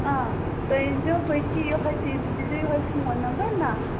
آ تُہۍ أنۍزیٚو بٔچی یِہَے تٔمِس دیٖزیٚو یِہَے فون نمبر نا